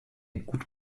gut